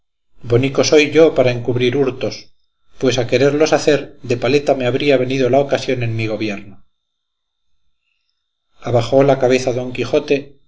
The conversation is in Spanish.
bonico soy yo para encubrir hurtos pues a quererlos hacer de paleta me había venido la ocasión en mi gobierno abajó la cabeza don quijote